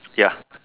ya